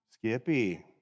Skippy